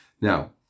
now